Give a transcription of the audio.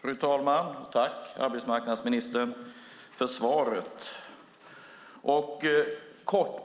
Fru talman! Tack för svaret, arbetsmarknadsministern! Låt mig ge en kort